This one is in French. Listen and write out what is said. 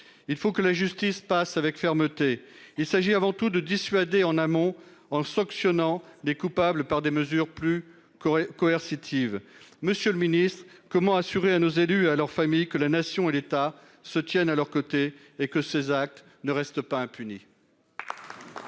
Il faut que la justice passe avec fermeté. Il s'agit avant tout de dissuader en amont en sanctionnant des coupables par des mesures plus qu'aurait coercitive. Monsieur le Ministre, comment assurer à nos élus à leurs familles que la nation et l'État se tiennent à leurs côtés et que ces actes ne restent pas impunis.